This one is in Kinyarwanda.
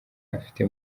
afite